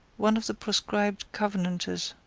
one of the proscribed covenanters,